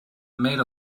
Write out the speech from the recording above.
made